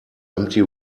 empty